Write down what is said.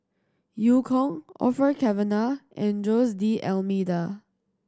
Eu Kong Orfeur Cavenagh and Jose D'Almeida